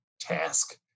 task